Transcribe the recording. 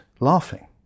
laughing